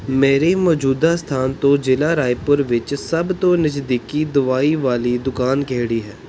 ਮੇਰੀ ਮੌਜੂਦਾ ਸਥਾਨ ਤੋਂ ਜ਼ਿਲ੍ਹਾ ਰਾਏਪੁਰ ਵਿੱਚ ਸਭ ਤੋਂ ਨਜ਼ਦੀਕੀ ਦਵਾਈ ਵਾਲੀ ਦੁਕਾਨ ਕਿਹੜੀ ਹੈ